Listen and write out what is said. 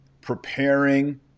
preparing